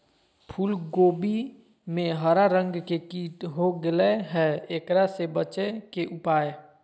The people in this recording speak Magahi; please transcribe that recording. फूल कोबी में हरा रंग के कीट हो गेलै हैं, एकरा से बचे के उपाय?